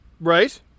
right